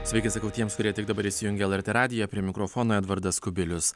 sveiki sakau tiems kurie tik dabar įsijungė lrt radiją prie mikrofono edvardas kubilius